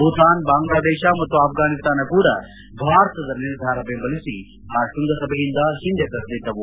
ಭೂತಾನ್ ಬಾಂಗ್ಲಾದೇಶ ಮತ್ತು ಆಫ್ರಾನಿಸ್ತಾನ ಕೂಡಾ ಭಾರತದ ನಿರ್ಧಾರ ಬೆಂಬಲಿಸಿ ಆ ಶ್ಬಂಗಸಭೆಯಿಂದ ಹಿಂದೆ ಸರಿದಿದ್ದವು